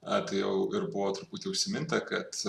a tai jau ir buvo truputį užsiminta kad